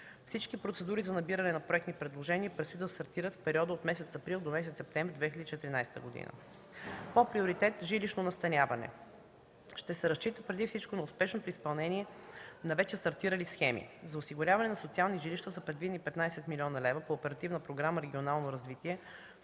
Всички процедури за набиране на проектни предложения предстои да стартират в период от месец април до месец септември 2014 г. По приоритет „Жилищно настаняване” ще се разчита преди всичко на успешното изпълнение на вече стартирали схеми. За осигуряване на социални жилища са предвидени 15 млн. лв. по Оперативна програма „Регионално развитие”